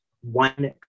one